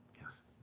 Yes